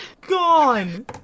gone